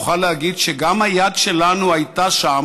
נוכל להגיד שגם היד שלנו הייתה שם